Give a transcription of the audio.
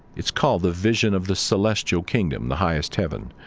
it's called the vision of the celestial kingdom, the highest heaven.